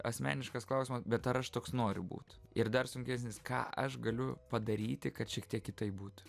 asmeniškas klausimas bet aš toks noriu būt ir dar sunkesnis ką aš galiu padaryti kad šiek tiek kitaip būtų